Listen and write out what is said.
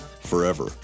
forever